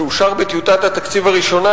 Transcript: שאושר בטיוטת התקציב הראשונה,